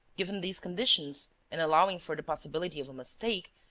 given these conditions, and allowing for the possibility of a mistake,